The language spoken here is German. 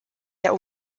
der